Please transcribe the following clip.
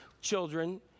children